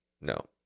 No